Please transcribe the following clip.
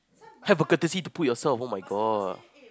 have the courtesy to put yourself oh-my-God